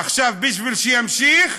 עכשיו, בשביל להמשיך,